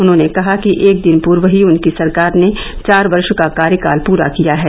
उन्होंने कहा कि एक दिन पूर्व ही उनकी सरकार ने चार वर्ष का कार्यकाल पूरा किया है